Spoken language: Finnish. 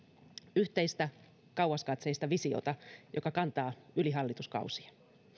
yhteistä kauaskatseista visiota joka kantaa yli hallituskausien